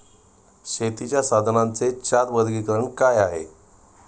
शेतीच्या साधनांचे चार वर्गीकरण काय आहे?